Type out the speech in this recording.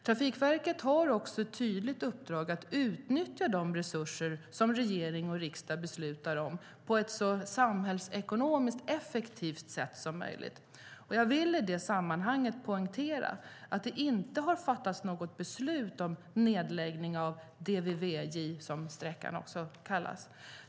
Trafikverket har också ett tydligt uppdrag att utnyttja de resurser som regering och riksdag beslutar om på ett så samhällsekonomiskt effektivt sätt som möjligt. Jag vill i det sammanhanget poängtera att det inte har fattats något beslut om nedläggning av DVVJ, som sträckan också kallas.